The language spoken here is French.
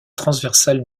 transversale